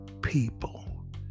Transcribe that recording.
people